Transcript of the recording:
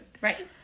Right